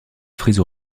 frise